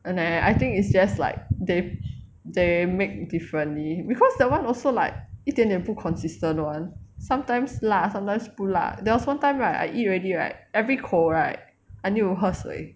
and I think it's just like they they make differently because that one also like 一点点不 consistent [one] sometimes 辣 sometimes 不辣 there was one time right I eat already right every 口 right I need to 喝水